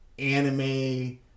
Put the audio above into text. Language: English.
Anime